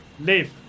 leave